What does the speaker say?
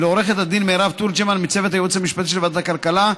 ולעורכת הדין מירב תורג'מן מצוות הייעוץ המשפטי של ועדת הכלכלה,